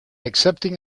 accepting